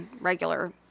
regular